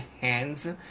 hands